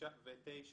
2009